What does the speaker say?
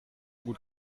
gut